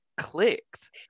clicked